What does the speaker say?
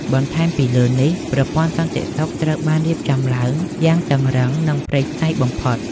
បន្ថែមលើនេះ ប្រព័ន្ធសន្តិសុខត្រូវបានរៀបចំឡើងយ៉ាងតឹងរ៉ឹង និងព្រៃផ្សៃបំផុត។